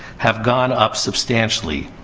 have gone up substantially.